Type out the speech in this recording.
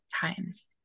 times